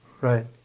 Right